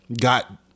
got